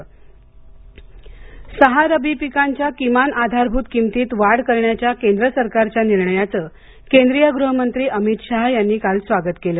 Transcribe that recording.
अमित शहा रबी सहा रब्बी पिकांच्या किमान आधारभूत किमतीत वाढ करण्याच्या केंद्र सरकारच्या निर्णयाचं केंद्रीय गृहमंत्री अमित शहा यांनी काल स्वागत केलं